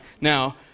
Now